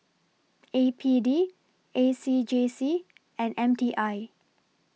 A P D A C J C and M T I